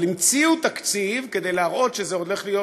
אבל המציאו תקציב כדי להראות שזה הולך להיות